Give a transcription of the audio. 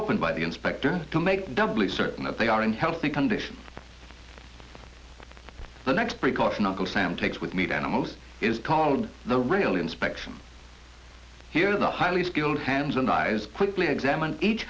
open by the inspector to make doubly certain that they are in healthy condition the next precaution uncle sam takes with meat animals is called the real inspection here in the highly skilled hands and eyes quickly examined each